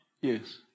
Yes